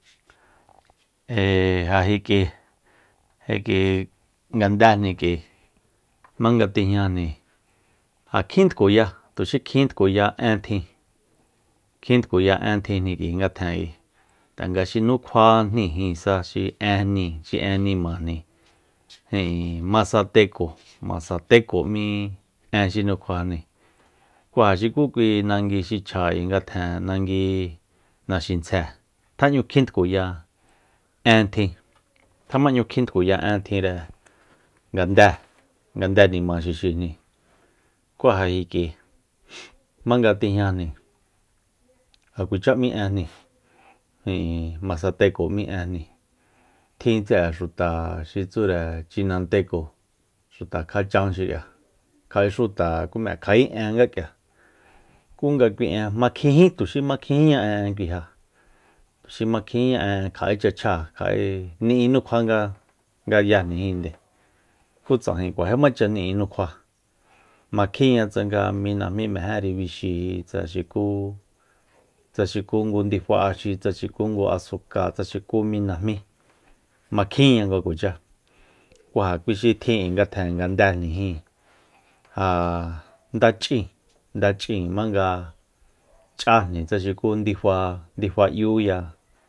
Ja kui- kui ngandéjni k'ui jmanga tijñajni ja kjin tkuya tuxi kjin tkuya en tjin kjin tkuya en tjinjni k'ui ngatjen k'ui tanga xi nukjuajni jinsa xi enjni xi nimajni ijin masateco- masateco m'í en xi nukjuajni ku ja xu ku kui nangui xi chja i ngatjen nagui naxintsje tjeñu kjin tkuya en tjin tjemañu kjin tkuya en tjinre ngande- ngande nima xixijni kú ja k'ui k'ui jmanga tijñani ja kuacha m'í enjni ijin masateco m'í enjni tjin tse'e xuta xi tsúre chinanteco xuta kjachan xi'a kja'e xuta kum'íre kja'e en nga k'ia ku nga kui en makjinjí tuxí makjinjíña en'e kui ja tuxi makjinjiña en'e kja'echa chjáa kja'e ni'i nukjua nga yajnijíinde ku tsajen kuajímacha ni'inukjua makjinña tsanga mí najmí mejenri bixiji tsa xuku- tsa xuku ngu ndifa'axi tsa xuku ngu asukáa tsa xukú mí najmí makjínña nga kuacha ku ja kui xi tjin i ngatjen ngandéjnijíin ja ndach'in- ndach'in jmanga ch'ajni tsa xuku ndifa- ndifa 'yu ya